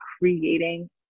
creating